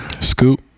Scoop